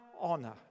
honor